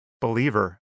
believer